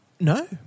No